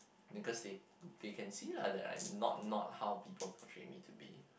because they they can see lah that I'm not not how people portray me to be